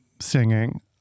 singing